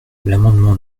l’amendement